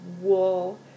wool